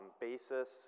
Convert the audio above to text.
basis